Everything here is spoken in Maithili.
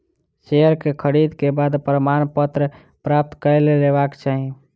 शेयर के खरीद के बाद प्रमाणपत्र प्राप्त कय लेबाक चाही